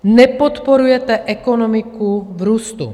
Nepodporujete ekonomiku v růstu.